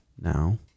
now